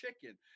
chicken